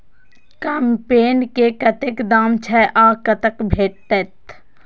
कम्पेन के कतेक दाम छै आ कतय भेटत?